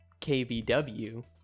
KBW